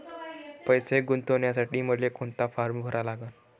पैसे गुंतवासाठी मले कोंता फारम भरा लागन?